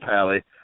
pally